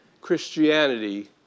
Christianity